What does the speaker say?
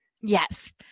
Yes